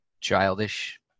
childish